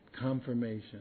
confirmation